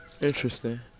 Interesting